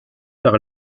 par